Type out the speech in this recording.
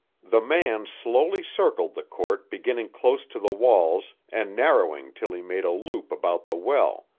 the man slowly circled the court beginning close to the walls and narrowing till he made a loop about the well,